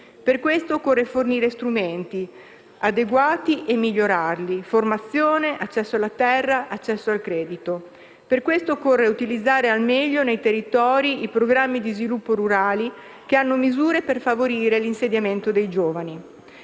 Per questo occorre fornire strumenti adeguati e migliorarli: formazione, accesso alla terra e al credito. Per questo occorre utilizzare al meglio nei territori i programmi di sviluppo rurali, che hanno misure per favorire l'insediamento dei giovani.